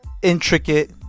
Intricate